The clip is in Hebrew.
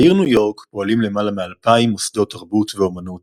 בעיר ניו יורק פועלים למעלה מ-2,000 מוסדות תרבות ואמנות